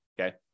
Okay